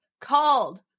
called